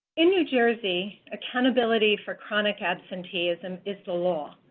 in new jersey, accountability for chronic absenteeism is the law.